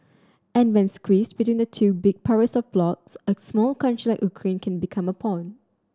and when squeezed between the two big powers or blocs a smaller country like Ukraine can become a pawn